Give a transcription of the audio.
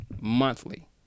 monthly